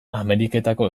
ameriketako